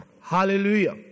Hallelujah